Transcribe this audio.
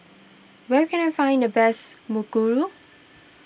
where can I find the best Mukuru